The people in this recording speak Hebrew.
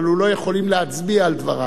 אבל לא יכולים להצביע על דבריו.